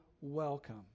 welcome